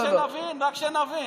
רק שנבין.